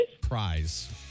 Prize